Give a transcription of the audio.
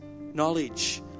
knowledge